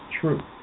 true